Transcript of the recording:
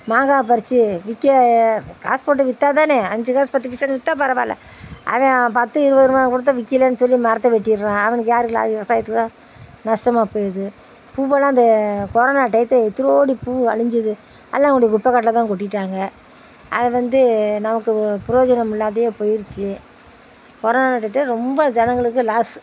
மாங்காய் பறிச்சு விற்க காஸ் போட்டு வித்தால் தானே அஞ்சு காஸ் பத்து பைசானு வித்தால் பரவாயில்லை அவன் பத்து இருபது ரூபான்னு கொடுத்தா விற்கலேன்னு சொல்லி மரத்தை வெட்டிர்றான் அவனுக்கு யாருக்கு லாபம் விவசாயத்துக்கு தான் நஷ்டமாக போயிருது பூவெல்லாம் இந்த கொரோனா டையத்தில் எத்தனை கோடி பூவு அழிஞ்சுது அதலாம் கொண்டி குப்பைக் காட்டில் தான் கொட்டிட்டாங்க அதை வந்து நமக்கு புரோஜனம் இல்லாதே போயிருச்சு கொரோனா டையத்தில் ரொம்ப ஜனங்களுக்கு லாஸ்ஸு